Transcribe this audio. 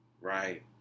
right